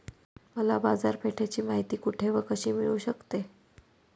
मला बाजारपेठेची माहिती कुठे व कशी मिळू शकते?